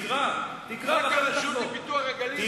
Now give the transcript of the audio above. רק הרשות לפיתוח הנגב והגליל,